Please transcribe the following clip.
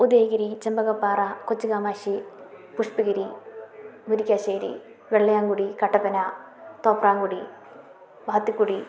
Udayagiri Chempakappara Kochukamakshi Pushpagiri Murikkassery Vellayamkudi Kattappana Thoprankudi Bathikkudi